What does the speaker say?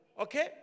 okay